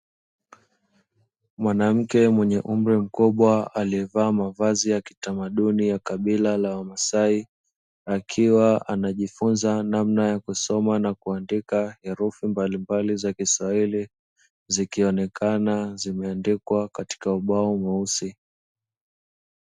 Mwanamke mwenye umri mkubwa aliyevaa mavazi ya kitamaduni ya kabila la wamasai, akiwa anajifunza namna ya kusoma na kuandika herufi mbalimbali za kiswahili zikionekana zimeandikwa katika ubao mweusi